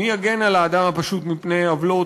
מי יגן על האדם הפשוט מפני עוולות